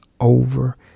over